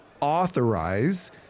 authorize